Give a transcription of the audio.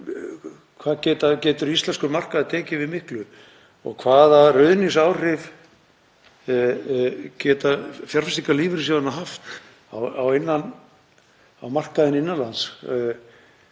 Hvað getur íslenskur markaður tekið við miklu og hvaða ruðningsáhrif geta fjárfestingar lífeyrissjóðanna haft á markaðinn innan lands?